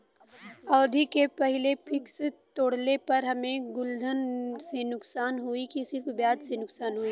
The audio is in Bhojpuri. अवधि के पहिले फिक्स तोड़ले पर हम्मे मुलधन से नुकसान होयी की सिर्फ ब्याज से नुकसान होयी?